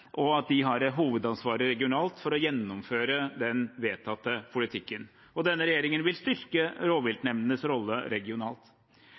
og at de har hovedansvaret regionalt for å gjennomføre den vedtatte politikken. Denne regjeringen vil styrke rovviltnemndenes rolle regionalt.